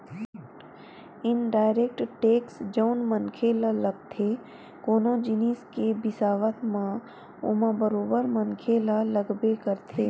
indirect tax जउन मनखे ल लगथे कोनो जिनिस के बिसावत म ओमा बरोबर मनखे ल लगबे करथे